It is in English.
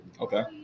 Okay